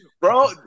Bro